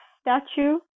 statue